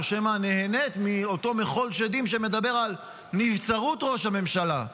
או שמא נהנית מאותו מחול שדים שמדבר על נבצרות ראש הממשלה.